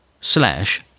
slash